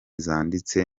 zanditse